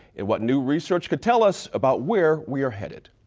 and what new research can tell us about where we're headed.